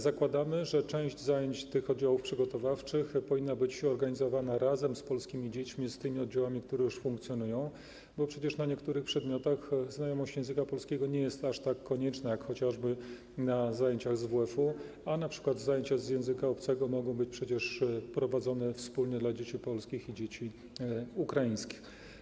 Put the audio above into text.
Zakładamy, że część zajęć w tych oddziałach przygotowawczych powinna być organizowana razem z polskimi dziećmi i z tymi oddziałami, które już funkcjonują, bo przecież na niektórych przedmiotach znajomość języka polskiego nie jest aż tak konieczna, jak chociażby na zajęciach z WF-u, a np. zajęcia z języka obcego mogą być przecież prowadzone wspólnie dla dzieci polskich i ukraińskich.